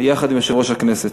יחד עם יושב-ראש הכנסת.